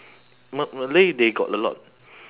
ma~ malay they got a lot